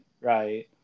right